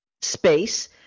space